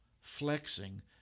flexing